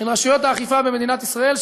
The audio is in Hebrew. של רשויות האכיפה במדינת ישראל,